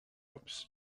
ups